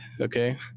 Okay